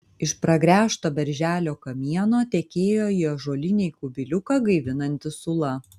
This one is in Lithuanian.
iš pragręžto berželio kamieno tekėjo į ąžuolinį kubiliuką gaivinanti sula